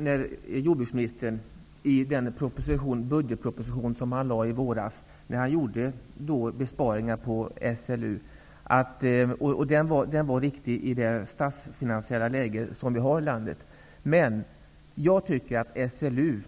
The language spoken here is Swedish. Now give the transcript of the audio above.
När jordbruksministern i våras lade fram sin budgetproposition med besparingar avseende Sveriges Lantbruksuniversitet -- vilket var riktigt i det statsfinansiella läge som råder här i landet -- gjorde SLU